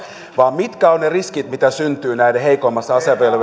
vaan siitä mitkä ovat ne riskit joita syntyy näiden heikoimmassa asemassa olevien